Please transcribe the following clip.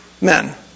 men